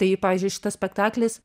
tai pavyzdžiui šitas spektaklis